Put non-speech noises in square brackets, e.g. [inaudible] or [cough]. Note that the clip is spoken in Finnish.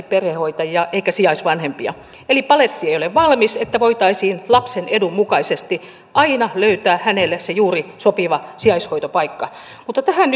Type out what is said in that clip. [unintelligible] perhehoitajia eikä sijaisvanhempia eli paletti ei ole valmis niin että voitaisiin lapsen edun mukaisesti aina löytää se juuri hänelle sopiva sijaishoitopaikka mutta tähän [unintelligible]